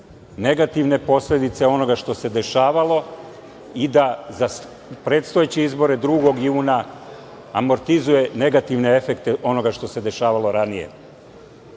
negativne posledice onoga što se dešavalo i da za predstojeće izbore 2. juna amortizuje negativne efekte onoga što se dešavalo ranije.